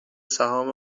سهام